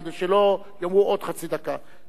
כדי שלא יאמרו: עוד חצי דקה.